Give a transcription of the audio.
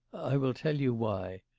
i will tell you why.